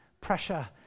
pressure